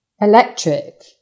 electric